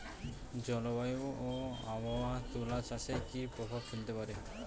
জলবায়ু ও আবহাওয়া তুলা চাষে কি প্রভাব ফেলতে পারে?